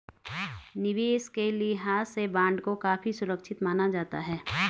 निवेश के लिहाज से बॉन्ड को काफी सुरक्षित माना जाता है